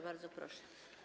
Bardzo proszę.